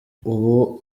ubu